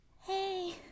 hey